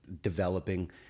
developing